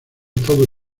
todo